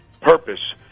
purpose